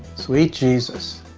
sweet jesus.